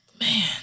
Man